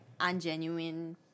ungenuine